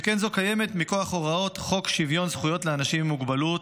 שכן זו קיימת מכוח הוראות חוק שוויון זכויות לאנשים עם מוגבלות,